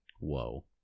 Whoa